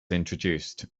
introduced